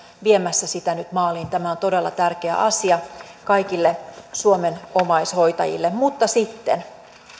viemässä sitä nyt maaliin tämä on todella tärkeä asia kaikille suomen omaishoitajille mutta sitten